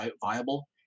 viable